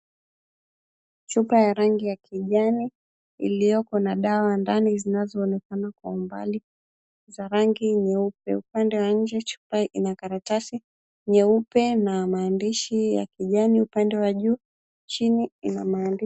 Chupa ya rangi ya kijani iliyopo na dawa ndani zinazoonekana kwa umbali za rangi nyeupe. Upande wa njee chupa ina karatasi nyeupe na maandishi ya kijani upande wa juu. Chini ina maandishi.